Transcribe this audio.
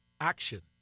action